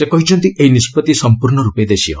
ସେ କହିଛନ୍ତି ଏହି ନିଷ୍କଭି ସମ୍ପୂର୍ଣ୍ଣ ରୂପେ ଦେଶୀୟ